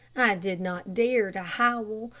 did not dare to howl,